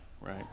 right